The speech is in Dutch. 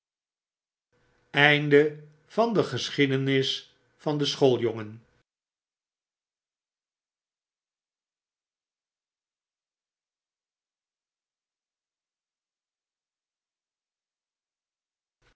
de geschiedenis van den